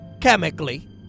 chemically